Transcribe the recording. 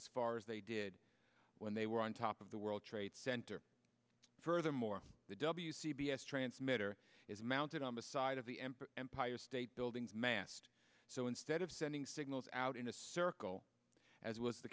as far as they did when they were on top of the world trade center furthermore the w c b s transmitter is mounted on the side of the empire empire state buildings massed so instead of sending signals out in a circle as was the